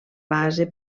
base